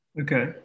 Okay